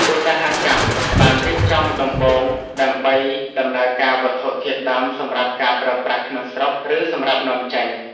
ឧស្សាហកម្មបានរៀបចំដំបូងដើម្បីដំណើរការវត្ថុធាតុដើមសម្រាប់ការប្រើប្រាស់ក្នុងស្រុក ឬសម្រាប់នាំចេញ។